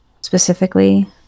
specifically